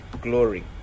glory